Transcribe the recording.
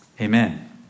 Amen